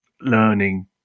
learning